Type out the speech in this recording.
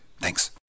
thanks